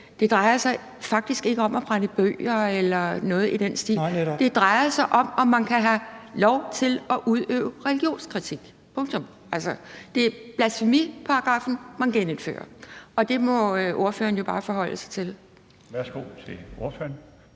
Det drejer sig faktisk ikke om at brænde bøger eller noget i den stil; det drejer sig om, om man kan have lov til at udøve religionskritik – punktum. Det er blasfemiparagraffen, man genindfører, og det må ordføreren jo bare forholde sig til. Kl. 21:38 Den